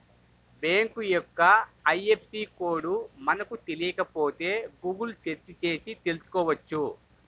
bank యొక్క IFSC code మనకు తెలియకపోతే గుగుల్ సెర్చ్ చేసి తెల్సుకోవచ్చు